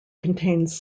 contains